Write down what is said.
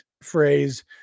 phrase